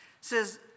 says